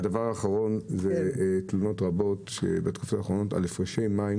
יש תלונות רבות בתקופה האחרונה על הפרשי מים